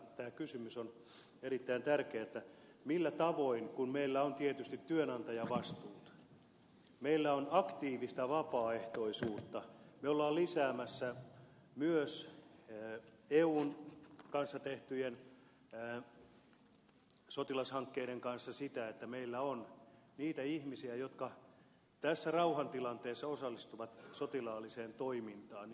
tämä kysymys millä tavoin on erittäin tärkeä kun meillä on tietysti työnantajavastuut meillä on aktiivista vapaaehtoisuutta me olemme lisäämässä myös eun kanssa tehtyjen sotilashankkeiden kanssa sitä että meillä on niitä ihmisiä jotka tässä rauhantilanteessa osallistuvat sotilaalliseen toimintaan